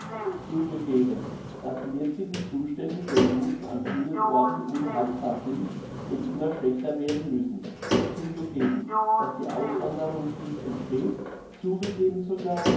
zugegeben dass die jetzigen zustände der juden an vielen orten unhaltbar sind und immer schlechter werden müssen zugegeben dass die auswanderungslust entsteht zugegeben sogar